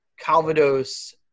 Calvados